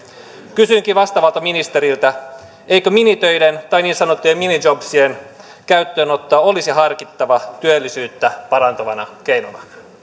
kysynkin vastaavalta ministeriltä eikö minitöiden tai niin sanottujen minijobien käyttöönottoa olisi harkittava työllisyyttä parantavana keinona arvoisa